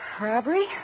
Robbery